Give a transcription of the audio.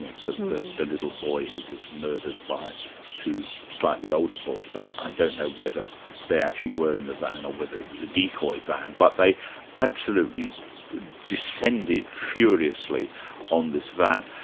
the the little boy who was murdered by two slightly older boys. i don't know whether they actually were in the van or whether it was a decoy van, but they absolutely descended furiously on this van.